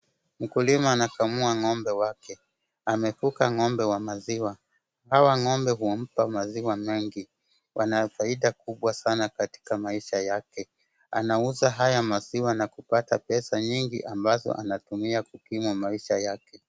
Mkulima anakamua ng'ombe wake, amekuka ng'ombe wa maziwa, hawa ng'ombe humpa maziwa mengi, wana faida kubwa sana katika maisha yake, anauza haya maziwa na kupata pesa nyingi ambazo anatumia kupima maisha yake.